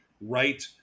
right